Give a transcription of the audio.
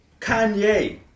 Kanye